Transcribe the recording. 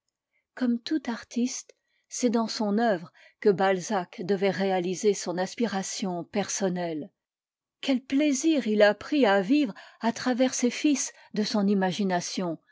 comme tout artiste c'est dans son œuvre que balzac devait réaliser son aspiration personnelle quel plaisir il a pris à vivre à travers ces fils de son imagination